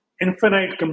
infinite